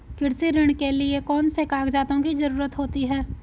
कृषि ऋण के लिऐ कौन से कागजातों की जरूरत होती है?